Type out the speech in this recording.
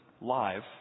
live